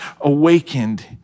awakened